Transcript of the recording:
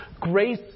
grace